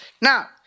Now